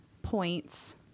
points